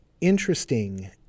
interesting